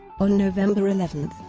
on november eleven,